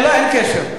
לא, אין קשר.